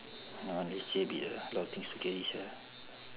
ya leceh a bit ah a lot of things to carry sia